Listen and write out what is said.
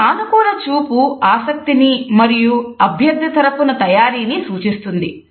ఒక సానుకూల చూపు ఆసక్తిని మరియు అభ్యర్థి తరఫున తయారీని సూచిస్తుంది